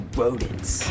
rodents